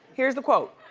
here's the quote,